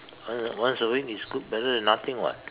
once once a week is good better than nothing [what]